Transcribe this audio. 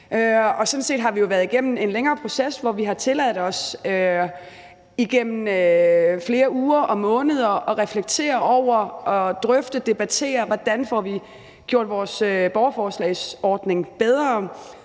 vi jo været igennem en længere proces, hvor vi har tilladt os igennem flere uger og måneder at reflektere over, drøfte og debattere, hvordan vi får gjort vores borgerforslagsordning bedre,